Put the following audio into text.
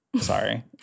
Sorry